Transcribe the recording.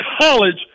college